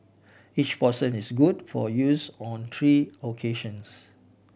each portion is good for use on three occasions